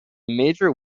major